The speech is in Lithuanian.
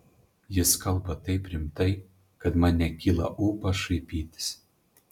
jis kalba taip rimtai kad man nekyla ūpas šaipytis